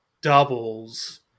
doubles